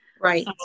Right